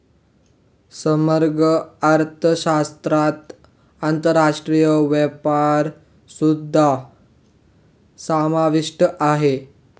समग्र अर्थशास्त्रात आंतरराष्ट्रीय व्यापारसुद्धा समाविष्ट आहे